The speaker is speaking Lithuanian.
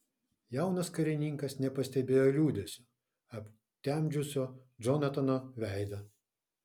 jaunas karininkas nepastebėjo liūdesio aptemdžiusio džonatano veidą